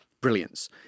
brilliance